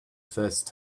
first